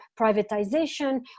privatization